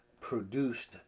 produced